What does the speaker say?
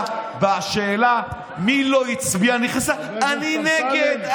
ובשאלה מי לא הצביע היא נכנסה: אני נגד.